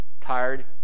tired